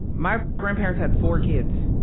my grandparents had four kids.